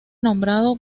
nombrado